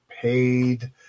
paid